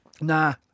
Nah